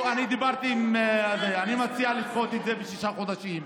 דיברתי על זה, אני מציע לדחות את זה בשישה חודשים.